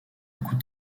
coups